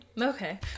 Okay